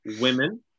women